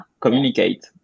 communicate